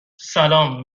سلام